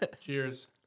Cheers